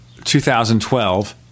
2012